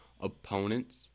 opponents